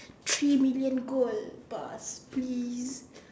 three million gold